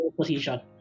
position